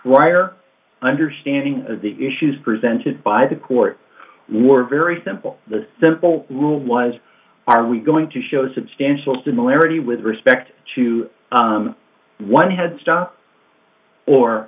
wire understanding of the issues presented by the court were very simple the simple rule was are we going to show substantial similarity with respect to one had stop